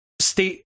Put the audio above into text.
state